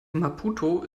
maputo